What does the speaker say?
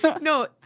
No